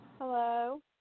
Hello